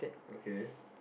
okay